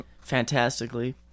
fantastically